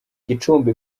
gicumbi